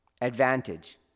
advantage